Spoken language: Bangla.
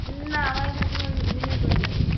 না আমার এখন কোনো ঋণের প্রয়োজন নেই